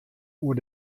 oer